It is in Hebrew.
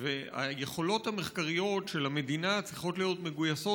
והיכולות המחקריות של המדינה צריכות להיות מגויסות